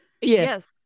Yes